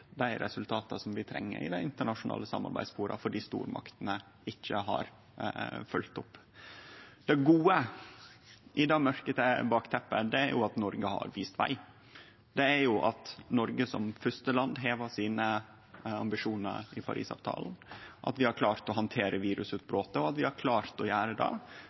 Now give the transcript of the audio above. dei resultata som vi treng i dei internasjonale samarbeidsforuma, fordi stormaktene ikkje har følgt opp. Det gode i det mørke bakteppet er at Noreg har vist veg, at Noreg som fyrste land heva ambisjonane sine i Parisavtalen, at vi har klart å handtere virusutbrotet, og at vi har klart å gjere det